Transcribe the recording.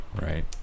right